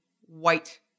white